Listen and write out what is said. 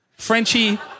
Frenchie